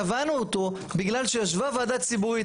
קבענו אותו בגלל שישבה ועדה ציבורית,